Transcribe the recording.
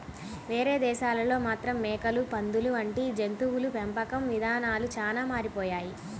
వేరే దేశాల్లో మాత్రం మేకలు, పందులు వంటి జంతువుల పెంపకం ఇదానాలు చానా మారిపోయాయి